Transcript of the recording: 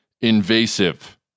invasive